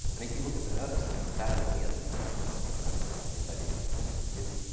and if you look at the nervous system, that's how we understand insomnia right now, is that its principle is.